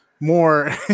more